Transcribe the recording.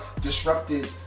disrupted